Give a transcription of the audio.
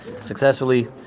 successfully